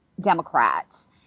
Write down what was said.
Democrats